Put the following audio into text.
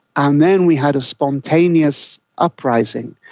and then we had a spontaneous uprising.